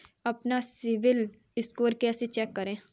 अपना CIBIL score कैसे check करें?